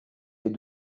est